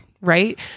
right